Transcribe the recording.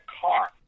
car